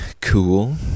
cool